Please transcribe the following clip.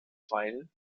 weil